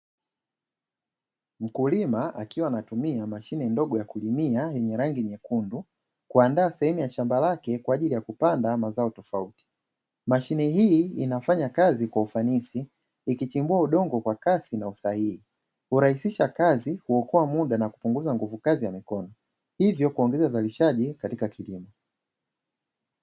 Mkulima akiwa anatumia mashine ndogo ya kulimia yenye rangi nyekundu kuandaa sehemu ya shamba lake kwa ajili ya kupanda mazao tofauti. Mashine hii inafanya kazi kwa ufanisi ikichimbua udongo kwa kasi na usahihi, hurahisisha kazi, huokoa muda na hupunguza nguvukazi ya mikono hivyo kuongeza uzalishaji katika kilimo.